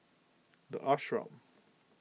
the Ashram